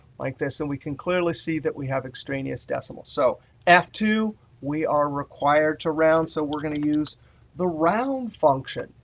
like this. so and we can clearly see that we have extraneous decimals. so f two we are required to round. so we're going to use the round function.